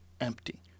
empty